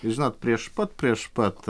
žinot prieš pat prieš pat